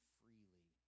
freely